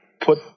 put